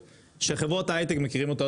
שחברות ההיי-טק מכירים אותה,